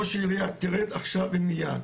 ראש העירייה תרד עכשיו ומיד.